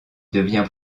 devient